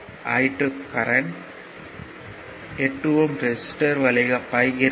I2 current 8 ohm resistor வழியாக பாய்கிறது